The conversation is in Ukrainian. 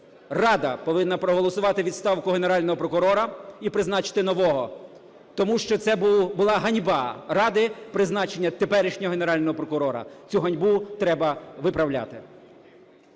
Рада повинна проголосувати відставку Генерального прокурора і призначити нового. Тому що це була ганьба Ради – призначення теперішнього Генерального прокурора, цю ганьбу треба виправляти.